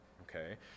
okay